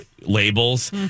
labels